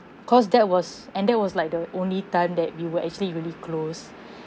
cause that was and that was like the only time that we were actually really close